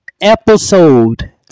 episode